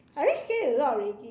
I already say a lot already